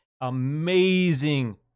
amazing